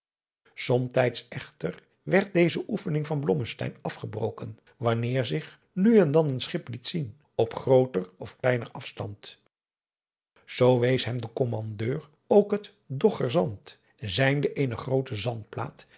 somtijds echter werd deze oefening van blommesteyn afgebroken wanneer zich nu en dan een schip liet zien op grooter of kleiner afstand zoo wees hem de kommandeur ook het doggerzand zijnde eene groote